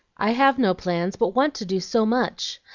i have no plans, but want to do so much!